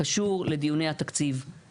אם יש הסכמה, אפשר גם להצביע על כל הרביזיות ביחד.